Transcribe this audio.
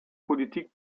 politik